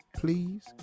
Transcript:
Please